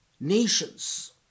nations